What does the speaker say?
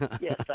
Yes